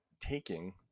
taking